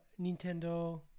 Nintendo